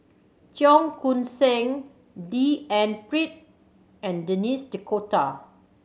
Cheong Koon Seng D N Pritt and Denis D'Cotta